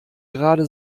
gerade